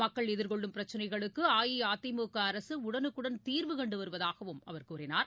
மக்கள் எதிர்கொள்ளும் பிரச்சினைகளுக்கு அஇஅதிமுக அரசு உடனுக்குடன் தீர்வு கண்டு வருவதாகவும் அவர் கூறினார்